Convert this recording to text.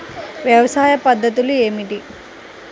వ్యవసాయ పద్ధతులు ఏమిటి?